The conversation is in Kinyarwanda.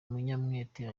umunyamwete